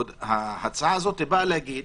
ההצעה הזאת באה להגיד